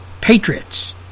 Patriots